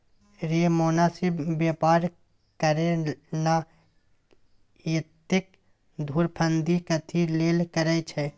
रे मोनासिब बेपार करे ना, एतेक धुरफंदी कथी लेल करय छैं?